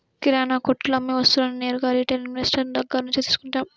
కిరణాకొట్టులో అమ్మే వస్తువులన్నీ నేరుగా రిటైల్ ఇన్వెస్టర్ దగ్గర్నుంచే తీసుకుంటాం